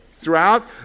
throughout